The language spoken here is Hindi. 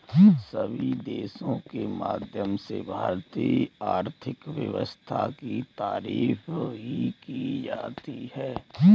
सभी देशों के माध्यम से भारतीय आर्थिक व्यवस्था की तारीफ भी की जाती है